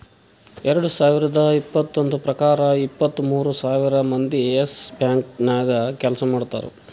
ಎರಡು ಸಾವಿರದ್ ಇಪ್ಪತ್ತೊಂದು ಪ್ರಕಾರ ಇಪ್ಪತ್ತು ಮೂರ್ ಸಾವಿರ್ ಮಂದಿ ಯೆಸ್ ಬ್ಯಾಂಕ್ ನಾಗ್ ಕೆಲ್ಸಾ ಮಾಡ್ತಾರ್